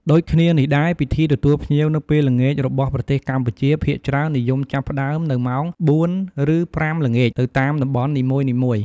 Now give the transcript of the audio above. ដូចគ្នានេះដែរ ពិធីទទួលភ្ញៀវនៅពេលល្ងាចរបស់ ប្រទេសកម្ពុជាភាគច្រើននិយមចាប់ផ្តើមនៅម៉ោង ៤ៈ០០ ឬ៥:០០ ល្ងាច ទៅតាមតំបន់នីមួយៗ។